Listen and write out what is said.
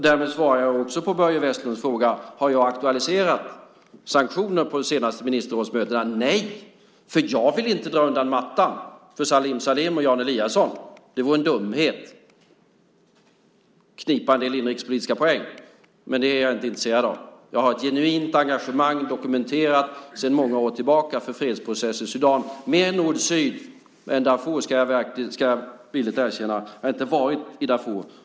Därmed svarar jag också på Börje Vestlunds fråga om jag har aktualiserat sanktioner på det senaste ministerrådsmötet. Nej, för jag vill inte dra undan mattan för Salim Salim och Jan Eliasson - det vore en dumhet - för att knipa en del inrikespolitiska poäng. Men det är jag inte intresserad av. Jag har ett genuint engagemang, dokumenterat sedan många år tillbaka, för fredsprocessen i Sudan, med nord-syd. Men jag ska villigt erkänna att jag inte har varit i Darfur.